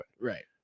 Right